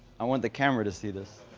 i want the camera to see this.